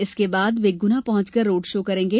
इसके बाद वे गुना पहुंचकर रोड शो करेंगे